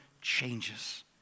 changes